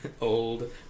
old